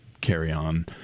carry-on